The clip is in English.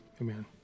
Amen